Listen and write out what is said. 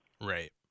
Right